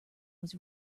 was